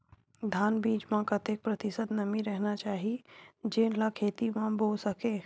धान बीज म कतेक प्रतिशत नमी रहना चाही जेन ला खेत म बो सके?